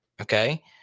okay